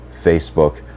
Facebook